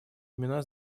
имена